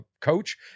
coach